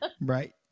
Right